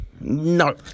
no